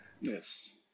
Yes